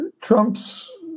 Trump's